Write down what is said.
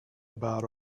about